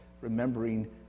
remembering